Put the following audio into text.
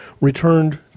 returned